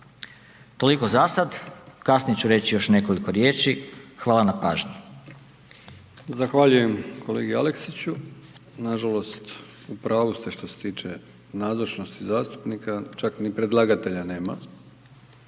Toliko zasad, kasnije ću reći još nekoliko riječi, hvala na pažnji. **Brkić, Milijan (HDZ)** Zahvaljujem kolegi Aleksiću. Nažalost u pravu ste što se tiče nazočnosti zastupnika, čak ni predlagatelja nema,